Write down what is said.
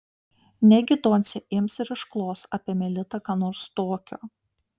negi doncė ims ir išklos apie melitą ką nors tokio